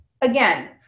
again